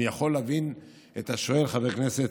אני יכול להבין את השואל, חבר הכנסת,